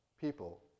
people